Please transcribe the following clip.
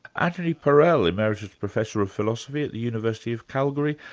anthony parel, emeritus professor of philosophy at the university of calgary,